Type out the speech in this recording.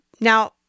Now